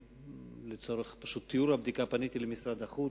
לצורך תיאור הבדיקה פניתי למשרד החוץ,